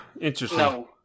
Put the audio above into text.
interesting